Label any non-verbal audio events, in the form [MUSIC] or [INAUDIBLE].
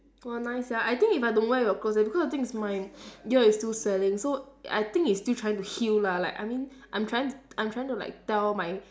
!wah! nice sia I think if I don't wear it will close leh because the thing is my [NOISE] ear is still swelling so I think it's still trying to heal lah like I mean I'm trying I'm trying to like tell my